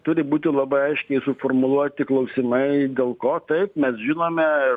turi būti labai aiškiai suformuluoti klausimai dėl ko taip mes žinome